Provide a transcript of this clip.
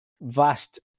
vast